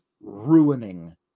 ruining